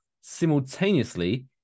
simultaneously